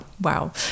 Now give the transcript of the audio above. wow